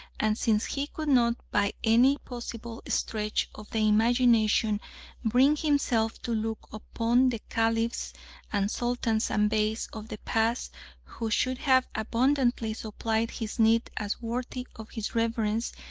and since he could not by any possible stretch of the imagination bring himself to look upon the caliphs and sultans and beys of the past who should have abundantly supplied his need as worthy of his reverence,